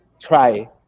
try